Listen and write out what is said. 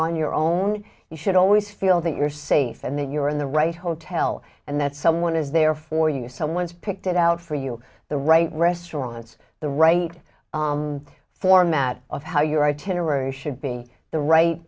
on your own you should always feel that you're safe and that you're in the right hotel and that someone is there for you someone's picked it out for you the right restaurants the right format of how your itinerary should be the right